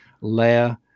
layer